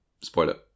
spoiler